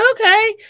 okay